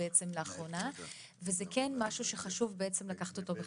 לאחרונה וזה משהו שחשוב לקחת אותו בחשבון.